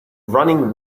running